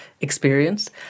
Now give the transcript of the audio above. experience